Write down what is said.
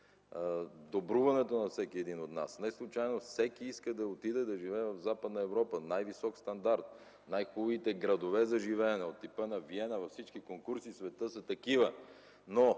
добруването на всеки един от нас. Неслучайно всеки иска да отиде да живее в Западна Европа – най-висок стандарт, най-хубавите градове за живеене – от типа на Виена, във всички конкурси в света са такива.